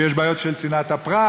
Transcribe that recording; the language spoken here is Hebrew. שיש בו בעיות של צנעת הפרט,